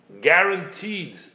guaranteed